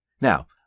Now